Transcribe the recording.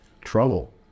trouble